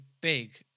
big